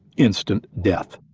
instant death.